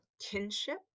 kinship